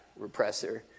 repressor